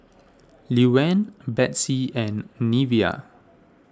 Luann Betsey and Neveah